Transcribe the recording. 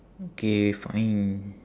okay fine